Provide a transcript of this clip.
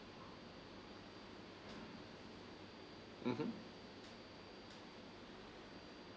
mmhmm